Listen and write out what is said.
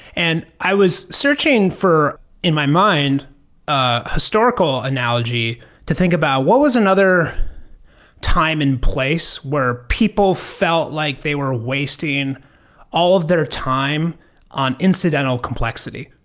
and i was searching for in my mind a historical analogy to think about what was another time and place where people felt like they were wasting all of their time on incidental complexity,